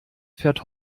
fährt